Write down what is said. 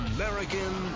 American